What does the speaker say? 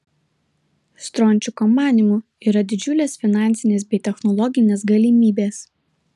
strončiko manymu yra didžiulės finansinės bei technologinės galimybės